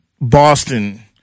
Boston